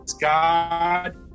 God